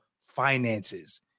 finances